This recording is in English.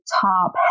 top